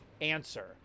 answer